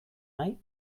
nahi